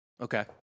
Okay